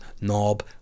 Knob